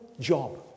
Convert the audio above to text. job